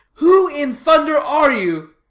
who in thunder are you?